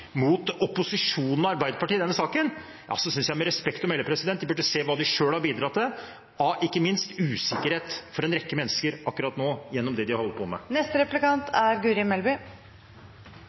mot opposisjonen og Arbeiderpartiet i denne saken, synes jeg med respekt å melde de burde se hva de selv har bidratt til, ikke minst av usikkerhet for en rekke mennesker akkurat nå, gjennom det de holder på med.